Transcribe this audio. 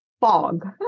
fog